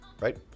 Right